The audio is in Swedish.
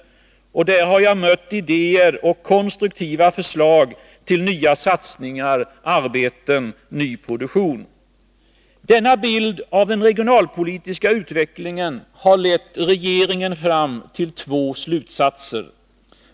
Där har jag mött idéer och konstruktiva förslag till nya satsningar, arbeten, till ny produktion. Denna bild av den regionalpolitiska utvecklingen har lett regeringen fram till två slutsatser.